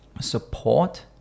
support